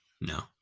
no